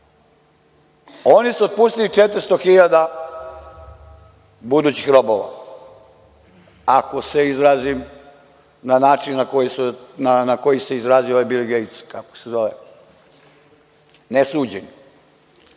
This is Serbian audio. Oni su otpustili 400 hiljada budućih robova, ako se izrazim na način na koji se izrazio ovaj Bili Gejts, kako se zove, nesuđeni,